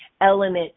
element